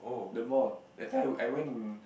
the mall that time I went